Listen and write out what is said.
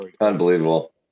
Unbelievable